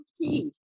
tea